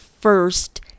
first